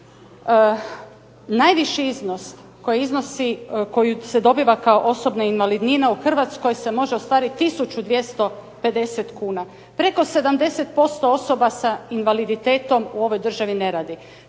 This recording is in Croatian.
najviši iznos koji se dobiva kao osobna invalidnina u Hrvatskoj se može ostvariti 1250 kuna. Preko 70% osoba sa invaliditetom u ovoj državi ne radi.